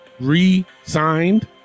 re-signed